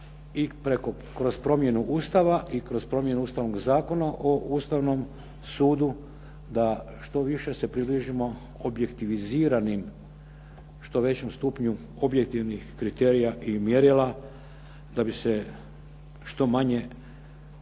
kroz promjenu Ustava i kroz promjenu Ustavnog zakona o Ustavnom sudu da što više se približimo objektiviziranim, što većem stupnju objektivnih kriterija i mjerila da bi što manju mjeru